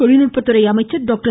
தொழில்நுட்பத்துறை அமைச்சர் டாக்டர்